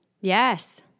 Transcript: Yes